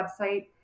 website